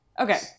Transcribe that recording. Okay